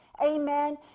Amen